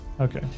Okay